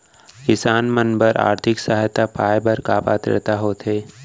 किसान मन बर आर्थिक सहायता पाय बर का पात्रता होथे?